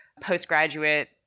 postgraduate